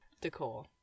decor